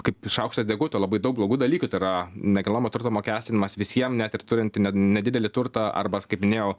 kaip šaukštas deguto labai daug blogų dalykų tai yra nekilnojamo turto mokestinimas visiem net ir turint nedidelį turtą arba kaip minėjau